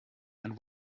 and